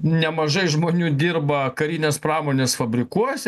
nemažai žmonių dirba karinės pramonės fabrikuose